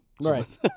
Right